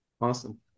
Awesome